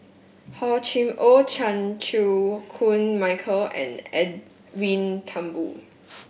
Hor Chim Or Chan Chew Koon Michael and Edwin Thumboo